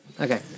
Okay